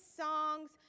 songs